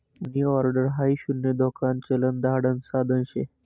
मनी order हाई शून्य धोकान चलन धाडण साधन शे